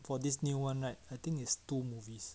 for this new [one] right I think it's two movies